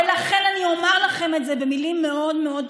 ולכן אני אומר לכם את זה במילים מאוד מאוד פשוטות,